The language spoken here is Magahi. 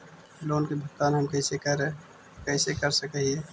लोन के भुगतान हम कैसे कैसे कर सक हिय?